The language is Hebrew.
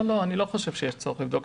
אני לא חושב שיש צורך לבדוק.